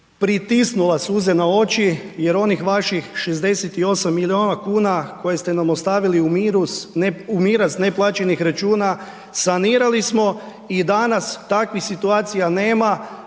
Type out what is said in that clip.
pritisnula suze na oči jer onih vaših 68 milijuna kuna koje ste nam ostavili u miraz neplaćenih računa, sanirali smo i danas takvih situacija nema